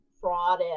fraud